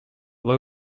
low